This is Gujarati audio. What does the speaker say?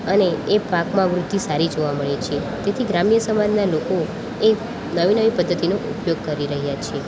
અને એ પાકમાં વૃદ્ધિ સારી જોવા મળે છે તેથી ગ્રામ્ય સમાજના લોકો એ નવી નવી પદ્ધતિનો ઉપયોગ કરી રહ્યાં છે